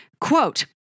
Quote